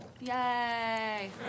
Yay